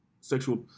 sexual